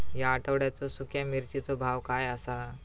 या आठवड्याचो सुख्या मिर्चीचो भाव काय आसा?